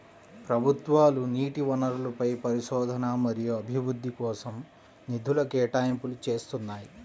ప్రభుత్వాలు నీటి వనరులపై పరిశోధన మరియు అభివృద్ధి కోసం నిధుల కేటాయింపులు చేస్తున్నాయి